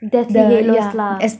deathly hallows lah